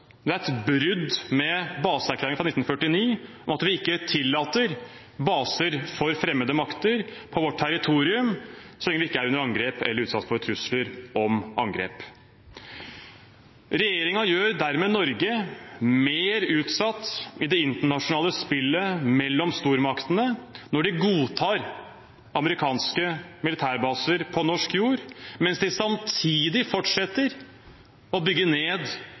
Det er et brudd med baseerklæringen fra 1949 om at vi ikke tillater baser for fremmede makter på vårt territorium så lenge de ikke er under angrep eller utsatt for trusler om angrep. Regjeringen gjør dermed Norge mer utsatt i det internasjonale spillet mellom stormaktene når de godtar amerikanske militærbaser på norsk jord, mens de samtidig fortsetter å bygge ned